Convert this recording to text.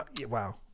wow